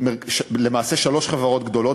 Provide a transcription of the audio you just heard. למעשה שלוש חברות גדולות,